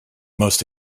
most